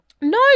No